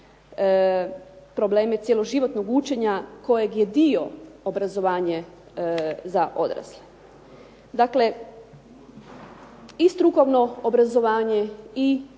probleme cjeloživotnog učenja kojeg je dio obrazovanje za odrasle. Dakle, i strukovno obrazovanje i cjeloživotno